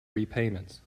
repayments